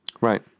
Right